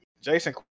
Jason